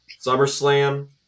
SummerSlam